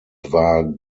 war